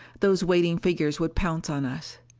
those waiting figures would pounce on us.